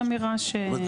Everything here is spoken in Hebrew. זאת אומרת,